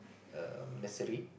err nursery